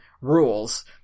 rules